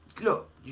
Look